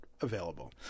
available